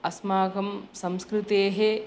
अस्माकं संस्कृतेः